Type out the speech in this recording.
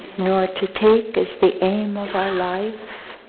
nor to take as the aim of our life